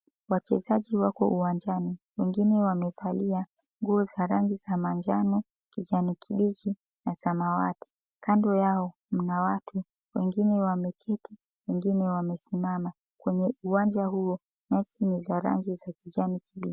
Wachezaji wako uwanjani, wengine wamevalia nguo za rangi za manjano, kijani kibichi na samawati. Kando yao mna watu , wengine wameketi wengine wamesimama. Kwenye uwanja huo nyasi ni za rangi za kijani kibichi.